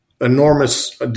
enormous